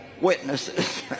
witnesses